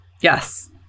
Yes